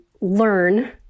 learn